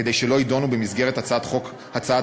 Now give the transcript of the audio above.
כדי שלא יידונו במסגרת הצעת החוק.